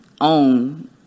own